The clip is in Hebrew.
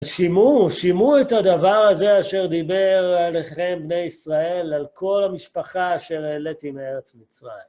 שימעו, שימעו את הדבר הזה אשר דיבר אליכם, בני ישראל, על כל המשפחה אשר העליתי מארץ מצרים.